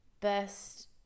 best